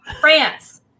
France